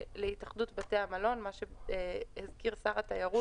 ולהתאחדות בתי המלון, מה שהזכיר שר התיירות.